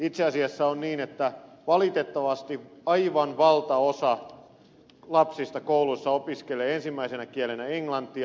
itse asiassa on niin että valitettavasti aivan valtaosa lapsista kouluissa opiskelee ensimmäisenä kielenä englantia